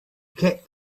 kept